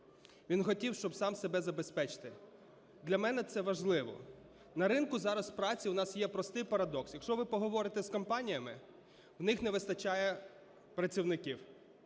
він хотів, щоб сам себе забезпечити. Для мене це важливо. На ринку зараз праці у нас є простий парадокс: якщо ви поговорите з компаніями, в них не вистачає працівників.